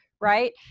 right